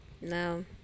No